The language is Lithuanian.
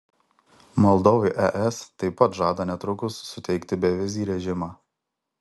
moldovai es taip pat žada netrukus suteikti bevizį režimą